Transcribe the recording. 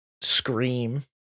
Scream